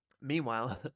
meanwhile